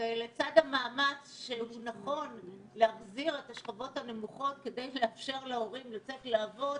ולצד המאמץ להחזיר את השכבות הנמוכות כדי לאפשר להורים לצאת לעבוד,